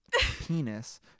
penis